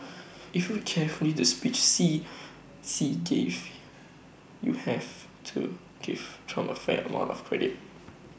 if you carefully the speech Xi see gave you have to give Trump A fair amount of credit